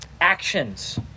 actions